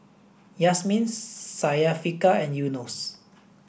Yasmin Syafiqah and Yunos